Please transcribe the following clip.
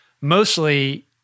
mostly